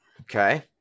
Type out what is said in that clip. okay